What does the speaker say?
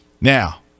Now